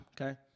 Okay